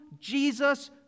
Jesus